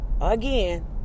again